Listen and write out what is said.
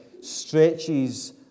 stretches